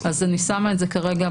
אז כרגע אני שמה את זה בכוכבית.